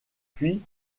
puis